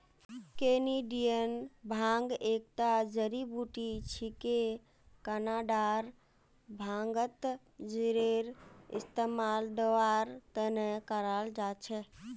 Canadian भांग एकता जड़ी बूटी छिके कनाडार भांगत जरेर इस्तमाल दवार त न कराल जा छेक